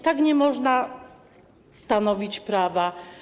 Tak nie można stanowić prawa.